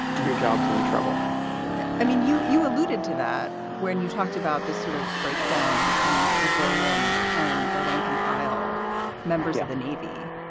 your jobs in trouble i mean, you you alluded to that when you talked about this sort of breakdown between the civilian and the rank and file members of the navy.